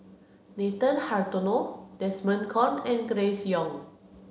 Nathan Hartono Desmond Kon and Grace Young